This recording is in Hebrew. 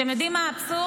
אתם יודעים מה האבסורד?